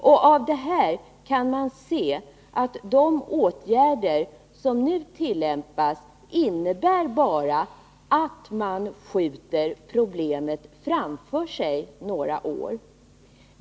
Härav kan man se att de åtgärder som nu tillämpas bara innebär att problemet skjuts framåt i tiden några år.